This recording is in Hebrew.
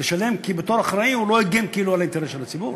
כי בתור אחראי הוא לא הגן כאילו על האינטרס של הציבור.